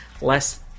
less